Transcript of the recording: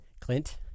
Clint